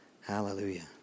Hallelujah